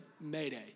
mayday